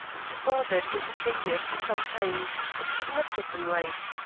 he bothered with the figures for some time but could not get them right.